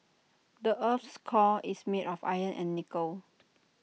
the Earth's core is made of iron and nickel